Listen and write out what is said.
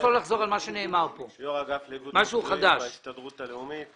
יושב ראש האגף לאיגוד מקצועי בהסתדרות הלאומית.